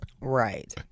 Right